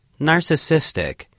narcissistic